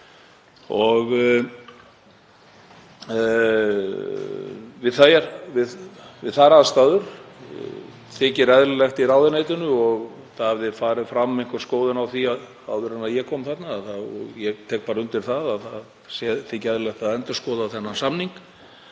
Við þær aðstæður þykir eðlilegt í ráðuneytinu, það hafði farið fram einhver skoðun á því áður en ég kom þarna og ég tek bara undir það, að endurskoða þennan samning.